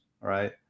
right